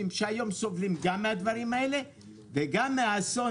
שהיום סובלים גם מהדברים האלה וגם מאסון,